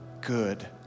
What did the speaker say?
good